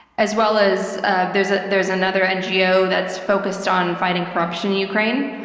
as well as ah there's a there's another ngo that's focused on fighting corruption in ukraine.